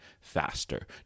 faster